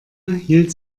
hielt